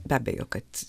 be abejo kad